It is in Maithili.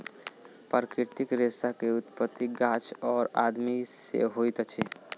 प्राकृतिक रेशा के उत्पत्ति गाछ और आदमी से होइत अछि